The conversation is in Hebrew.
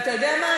ואתה יודע מה,